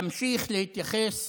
תמשיך להתייחס